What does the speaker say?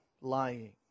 lying